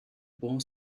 bon